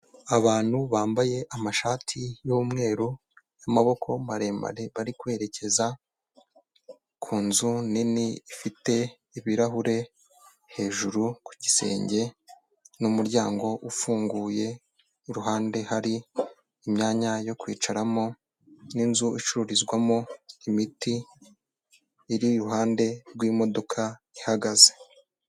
Abantu bambaye amashati y'umweru y'amaboko maremare, bari kwerekeza ku nzu nini ifite ibirahure hejuru ku gisenge n'umuryango ufunguye, iruhande hari imyanya yo kwicaramo n'inzu icururizwamo imiti, iri iruhande rw'imodoka ihagaze.